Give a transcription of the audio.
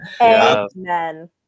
Amen